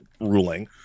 ruling